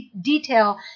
detail